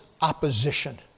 opposition